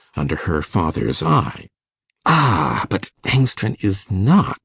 under her father's eye ah! but engstrand is not